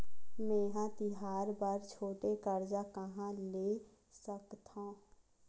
मेंहा तिहार बर छोटे कर्जा कहाँ ले सकथव?